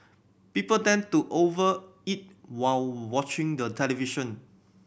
people tend to over eat while watching the television